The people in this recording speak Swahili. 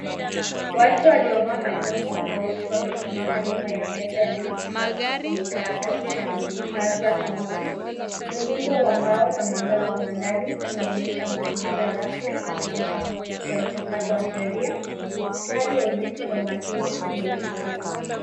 Watu waliovaa majoho meusi wamesimama nyuma ya meza ya mahakama yenye karatasi na vipaza sauti. Muundo wa mbao na mwangaza wa ndani unaonyesha mazingira rasmi wa mchakato wa sheria. Hali ya uzito na umakini imetawala.